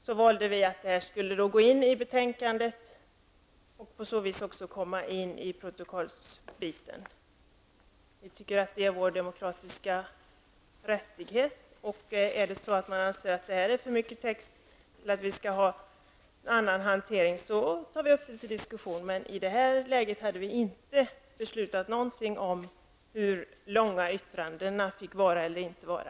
Miljöpartiet valde att foga denna text till betänkandet för att den på så vis skulle komma med i trycket. Vi anser att detta är vår demokratiska rättighet. Är det så, att utskottet anser att detta är för mycket text eller att det skall vara en annan hantering, kan vi ta upp detta till diskussion. Men i detta läge hade utskottet inte beslutat någonting om hur långa yttrandena fick vara eller inte vara.